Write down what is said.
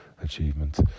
achievement